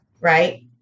right